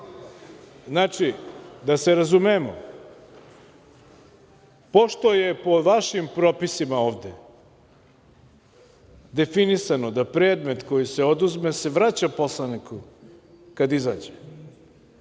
Znači, da se razumemo, pošto je po vašim propisima ovde definisano da predmet koji se oduzme se vraća poslaniku kada izađe.